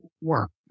work